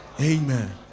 Amen